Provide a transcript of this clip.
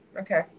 Okay